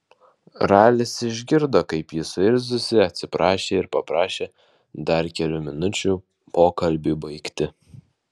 ralis išgirdo kaip ji suirzusi atsiprašė ir paprašė dar kelių minučių pokalbiui baigti